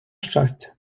щастя